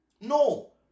No